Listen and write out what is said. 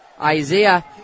Isaiah